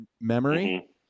memory